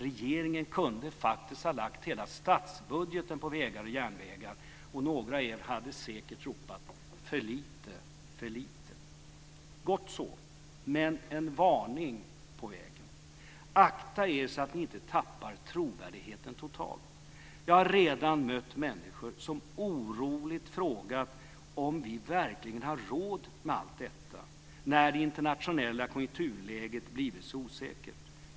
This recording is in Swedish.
Regeringen kunde ha lagt hela statsbudgeten på vägar och järnvägar, och några av er hade säkert ropat: För lite, för lite. Gott så. Men jag har en varning på vägen. Akta er så att ni inte tappar trovärdigheten totalt. Jag har redan mött människor som oroligt frågat om vi verkligen har råd med allt detta när det internationella konjunkturläget blivit så osäkert.